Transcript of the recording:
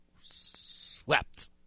swept